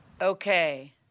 Okay